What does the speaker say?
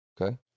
Okay